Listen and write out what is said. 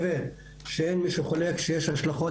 אם זה אירוע משברי כתוצאה משריפה,